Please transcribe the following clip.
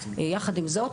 עם זאת,